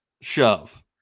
shove